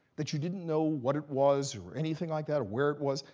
that you didn't know what it was, or anything like that, or where it was,